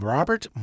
Robert